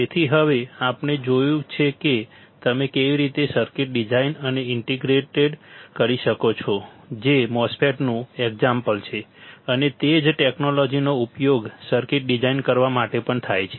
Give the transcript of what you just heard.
તેથી હવે આપણે જોયું છે કે તમે કેવી રીતે સર્કિટ ડિઝાઇન અને ઇન્ટિગ્રેટેડ કરી શકો છો જે MOSFET નું એક્ઝામ્પલ છે અને તે જ ટેકનોલોજીનો ઉપયોગ સર્કિટ ડિઝાઇન કરવા માટે પણ થાય છે